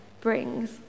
brings